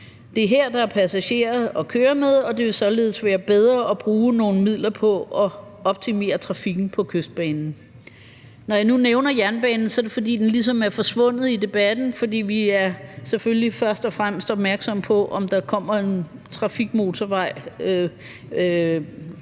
Det er her, der er passagerer at køre med, og det vil således være bedre at bruge nogle midler på at optimere trafikken på Kystbanen. Når jeg nu nævner jernbanen, er det, fordi den ligesom er forsvundet i debatten, fordi vi selvfølgelig først og fremmest er opmærksomme på, om der kommer en motorvej,